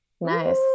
Nice